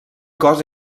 cos